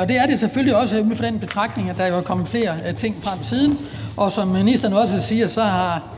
og det er den selvfølgelig også ud fra den betragtning, at der jo er kommet flere ting frem siden. Og som ministeren også siger, har